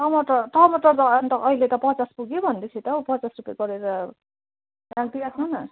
टमाटर टमाटर त अनि त अहिले त पचास पुग्यो भन्दैथियो त हौ पचास रुपियाँ गरेर राखिदिइराख्नु न